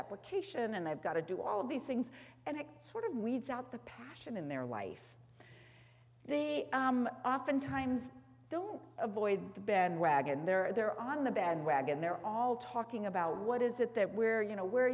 application and i've got to do all of these things and it sort of weeds out the passion in their life the i'm often times don't avoid the bandwagon they're on the bandwagon they're all talking about what is it that where you know where are